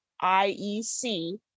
I-E-C